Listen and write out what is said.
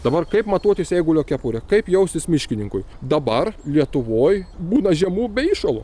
dabar kaip matuotis eigulio kepurę kaip jausis miškininkui dabar lietuvoj būna žiemų be įšalo